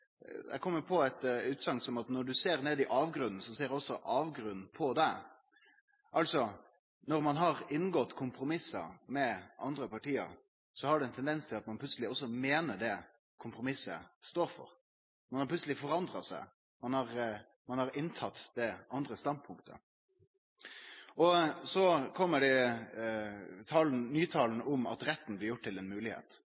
når du ser ned i avgrunnen, så ser også avgrunnen på deg. Altså: Når ein har inngått kompromiss med andre parti, har det ein tendens til at ein plutseleg også meiner det som kompromisset står for. Ein har plutseleg forandra seg, ein har inntatt det andre standpunktet. Så